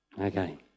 Okay